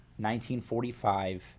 1945